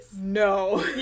no